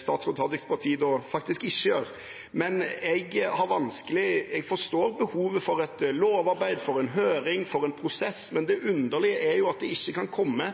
statsråd Tajiks parti faktisk ikke gjør. Jeg forstår behovet for et lovarbeid, for en høring, for en prosess, men det underlige er at det ikke kan komme